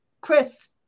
Chris